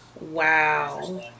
Wow